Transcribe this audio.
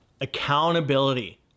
accountability